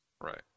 Right